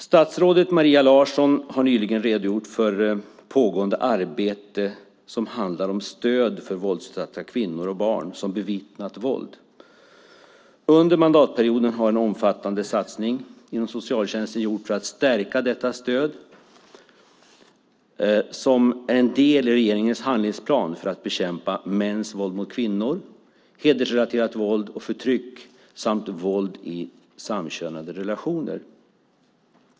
Statsrådet Maria Larsson har nyligen redogjort för ett pågående arbete som handlar om stöd till våldsutsatta kvinnor och till barn som bevittnat våld. Under mandatperioden har en omfattande satsning gjorts inom socialtjänsten för att stärka detta stöd som är en del i regeringens handlingsplan för att bekämpa mäns våld mot kvinnor, hedersrelaterat våld och förtryck samt våld i samkönade relationer.